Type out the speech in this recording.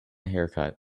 haircut